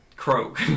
croak